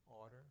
order